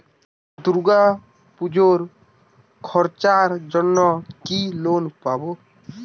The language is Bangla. দূর্গাপুজোর খরচার জন্য কি লোন পাব?